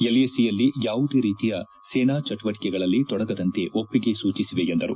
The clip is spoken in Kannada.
ಎಲ್ಎಸಿಯಲ್ಲಿ ಯಾವುದೇ ರೀತಿಯ ಸೇನಾ ಚಟುವಟಿಕೆಗಳಲ್ಲಿ ತೊಡಗದಂತೆ ಒಪ್ಪಿಗೆ ಸೂಚಿಸಿವೆ ಎಂದರು